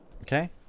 Okay